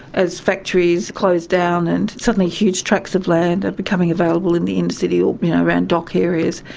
as factories close down and suddenly huge tracts of land are becoming available in the inner city or around dock areas,